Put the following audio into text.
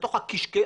לתוך הקישקע,